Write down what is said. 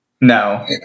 No